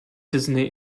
disney